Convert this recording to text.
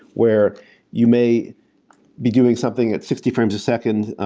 where you may be giving something at sixty frames a second